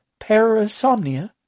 Parasomnia